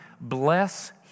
Bless